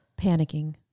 Panicking